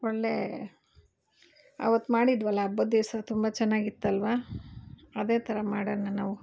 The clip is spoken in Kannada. ಒಳ್ಳೇ ಆವತ್ತು ಮಾಡಿದ್ವಲ್ಲ ಹಬ್ಬದ ದಿವಸ ತುಂಬ ಚೆನ್ನಾಗಿತ್ತಲ್ವಾ ಅದೇ ಥರ ಮಾಡೋಣ ನಾವು